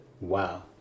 Wow